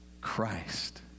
Christ